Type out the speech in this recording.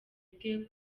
bwe